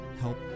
Help